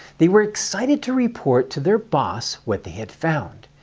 they were excited to report to their boss what they had found.